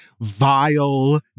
vile